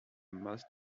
most